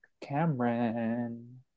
cameron